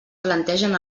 plantegen